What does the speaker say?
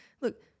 look